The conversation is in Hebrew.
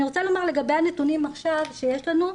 אבל אני רוצה לומר לגבי הנתונים שיש לנו עכשיו,